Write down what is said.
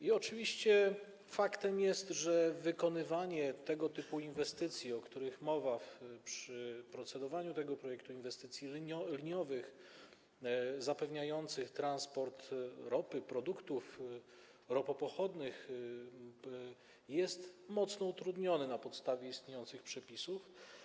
I oczywiście faktem jest, że wykonywanie tego typu inwestycji, o których mowa przy procedowaniu tego projektu, inwestycji liniowych, zapewniających transport ropy, produktów ropopochodnych jest mocno utrudnione z powodu istniejących przepisów.